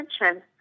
attention